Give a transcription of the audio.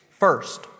First